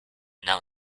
now